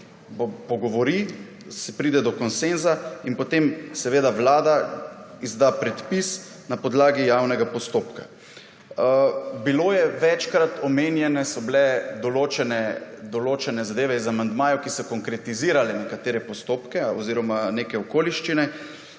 pogovori, se pride do konsenza in potem seveda vlada izda predpis na podlagi javnega postopka. Bilo je večkrat omenjeno, omenjene so bile določene zadeve iz amandmajev, ki so konkretizirale nekatere postopke oziroma neke okoliščine.